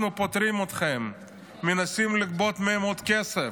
אנחנו פוטרים אתכם, מנסים לגבות מהם עוד כסף.